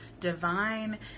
divine